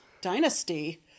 Dynasty